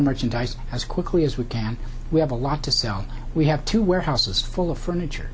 merchandise as quickly as we can we have a lot to sell we have two warehouses full of furniture